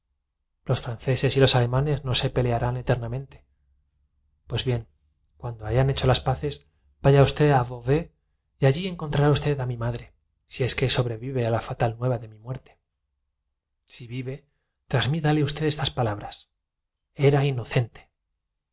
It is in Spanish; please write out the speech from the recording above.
los franceses y los alemanes no se pelearán eternamente pues bien cuando hayan hecho las paces vaya usted a beauvais y allí encontrará usted a mi madre si es que sobrevive a la fatal nueva de mi muerte si vive transmítale usted estas palabras era inocente